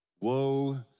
woe